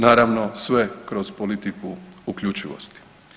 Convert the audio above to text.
Naravno, sve kroz politiku uključivosti.